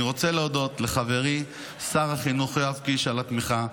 אני רוצה להודות לחברי שר החינוך יואב קיש על התמיכה,